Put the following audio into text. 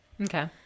Okay